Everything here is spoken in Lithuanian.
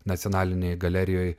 nacionalinėj galerijoj